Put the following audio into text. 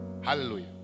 Hallelujah